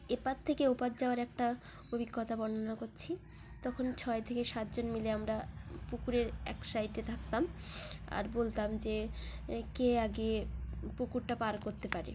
এপার থেকে ওপার যাওয়ার একটা অভিজ্ঞতা বর্ণনা করছি তখন ছয় থেকে সাতজন মিলে আমরা পুকুরের এক সাইডে থাকতাম আর বলতাম যে এ কে আগে পুকুরটা পার করতে পারে